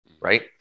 Right